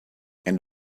and